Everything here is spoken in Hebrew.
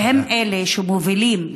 והם אלה שמובילים,